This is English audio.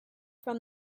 from